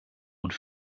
und